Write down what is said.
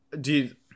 dude